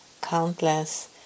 countless